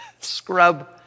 scrub